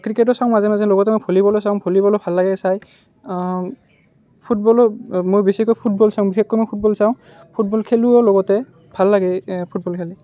ক্ৰিকেটো চাওঁ মাজে মাজে লগতে মই ভলীবলো চাওঁ ভলীবলো ভাল লাগে চাই ফুটবলো মই বেছিকৈ ফুটবল চাওঁ বিশেষকৈ মই ফুটবল চাওঁ ফুটবল খেলোঁও লগতে ভাল লাগে ফুটবল খেলি